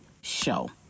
show